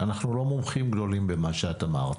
אנחנו לא מומחים גדולים במה שאת אמרת,